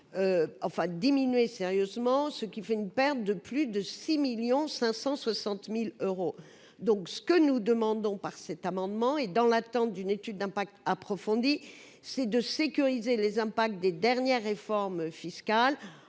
enfin diminuer sérieusement ce qui fait une perte de plus de 6 1000000 560000 euros, donc ce que nous demandons par cet amendement et dans l'attente d'une étude d'impact approfondie, c'est de sécuriser les impacts des dernières réformes fiscales